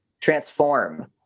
transform